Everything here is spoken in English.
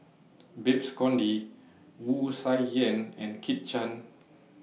Babes Conde Wu Tsai Yen and Kit Chan